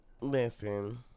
listen